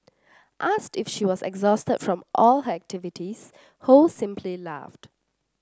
asked if she was exhausted from all her activities Ho simply laughed